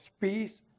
peace